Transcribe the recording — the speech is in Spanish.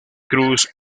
cruz